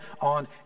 on